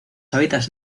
hábitats